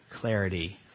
clarity